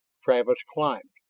travis climbed,